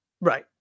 Right